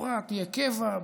שהתורה תהיה קבע,